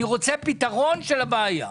אני רוצה פתרון של הבעיה.